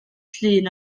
llun